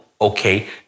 Okay